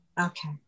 Okay